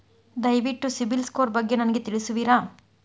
ದಯವಿಟ್ಟು ಸಿಬಿಲ್ ಸ್ಕೋರ್ ಬಗ್ಗೆ ನನಗೆ ತಿಳಿಸುವಿರಾ?